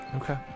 okay